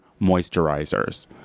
moisturizers